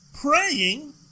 praying